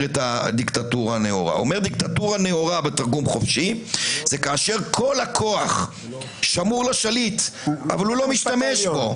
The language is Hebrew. אומר שדיקטטורה נאורה זה כאשר כל הכוח שמור לשליט אבל הוא לא משתמש בו.